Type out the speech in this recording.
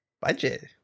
Budget